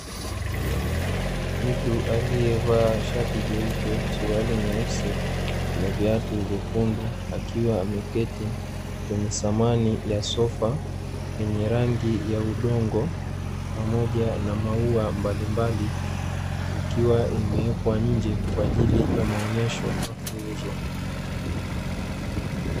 Mtu aliyevaa shati jeupe suruali nyeusi na viatu nyekundu, akiwa ameketi kwenye samani ya sofa yenye rangi ya udongo pamoja na maua mbalimbali ikiwa imewekwa nje kwa ajili ya maonyesho ya kuuzwa.